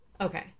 Okay